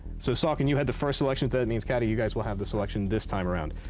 so saucon, you had the first selection, that means, catty, you guys will have the selection this time around.